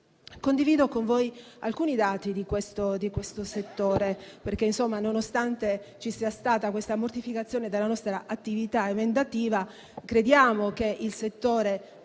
Condivido con voi alcuni dati di questo settore perché, nonostante la mortificazione della nostra attività emendativa, crediamo che il settore